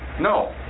no